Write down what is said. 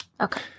okay